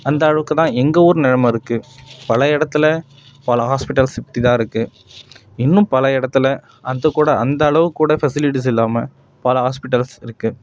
அந்தளவுக்கு தான் எங்கள் ஊர் நிலமைருக்கு பல இடத்துல பல ஹாஸ்பிட்டல்ஸ் இப்படி தான் இருக்குது இன்னும் பல இடத்துல அது கூட அந்தளவுக்கு கூட ஃபெசிலிட்டீஸ் இல்லாமல் பல ஹாஸ்பிட்டல்ஸ் இருக்குது